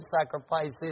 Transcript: sacrifices